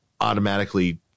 automatically